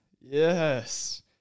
yes